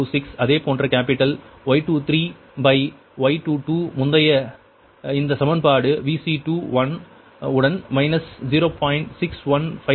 3846 அதேபோன்ற capital Y23Y22 முந்தைய இந்த சமன்பாடு Vc21 உடன் மைனஸ் 0